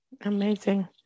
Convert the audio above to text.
Amazing